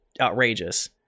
outrageous